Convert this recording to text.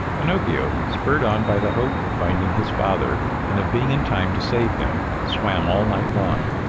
pinocchio, spurred on by the hope of finding his father and of being in time to save him, swam all night long.